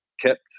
kept